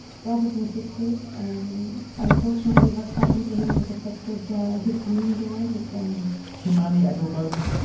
brothers and sisters, and unfortunately what's happened to him has affected his community and his family. kimani adil boden,